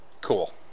Cool